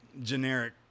generic